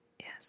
Yes